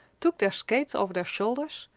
took their skates over their shoulders,